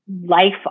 life